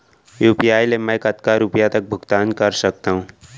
UPI ले मैं कतका रुपिया तक भुगतान कर सकथों